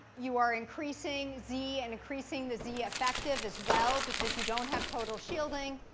you are increasing z and increasing the z effective as well, because you don't have total shielding,